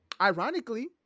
ironically